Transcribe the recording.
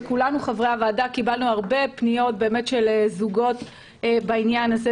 כל חברי הוועדה קיבלו הרבה פניות של זוגות בעניין הזה,